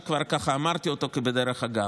שכבר אמרתי אותו כבדרך אגב.